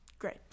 great